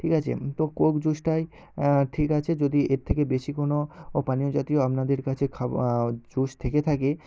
ঠিক আছে তো কোক জুসটাই ঠিক আছে যদি এর থেকে বেশি কোনও পানীয় জাতীয় আপনাদের কাছে জুস থেকে থাকে